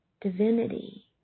divinity